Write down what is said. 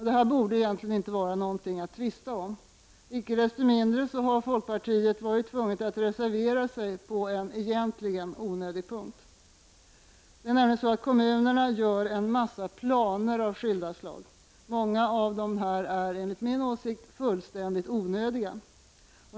Detta borde sannerligen inte vara något att tvista om. Icke desto mindre har folkpartiet varit tvunget att reservera sig på en egentligen onödig punkt. Det är nämligen så att kommunerna gör upp en massa planer av skilda slag. Många av dessa är enligt min åsikt fullständigt onödiga.